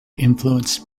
influenced